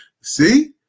see